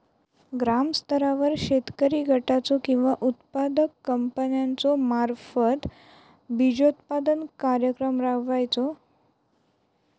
ग्रामस्तरावर शेतकरी गटाचो किंवा उत्पादक कंपन्याचो मार्फत बिजोत्पादन कार्यक्रम राबायचो?